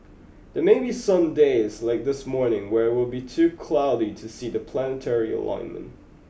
there may be some days like this morning where it will be too cloudy to see the planetary alignment